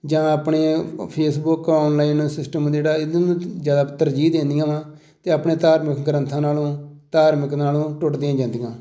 ਜਾਂ ਆਪਣੇ ਉਹ ਫੇਸਬੁੱਕ ਔਨਲਾਈਨ ਸਿਸਟਮ ਜਿਹੜਾ ਇੱਧਰ ਨੂੰ ਜ਼ਿਆਦਾ ਤਰਜੀਹ ਦਿੰਦੀਆਂ ਵਾਂ ਅਤੇ ਆਪਣੇ ਧਾਰਮਿਕ ਗ੍ਰੰਥਾਂ ਨਾਲ਼ੋਂ ਧਾਰਮਿਕ ਨਾਲ਼ੋਂ ਟੁੱਟਦੀਆਂ ਜਾਂਦੀਆਂ